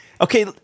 Okay